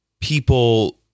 people